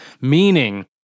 Meaning